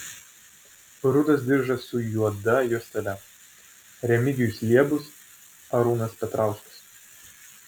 rudas diržas su juoda juostele remigijus liebus arūnas petrauskas